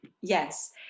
yes